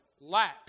lack